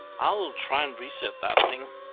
i will try and reset that thing.